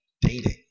dating